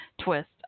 twist